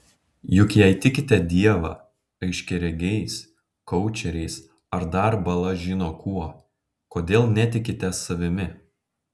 juk jei tikite dievą aiškiaregiais koučeriais ar dar bala žino kuo kodėl netikite savimi